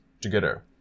together